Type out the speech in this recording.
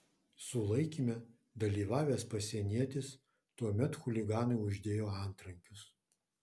sulaikyme dalyvavęs pasienietis tuomet chuliganui uždėjo antrankius